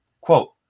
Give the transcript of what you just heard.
quote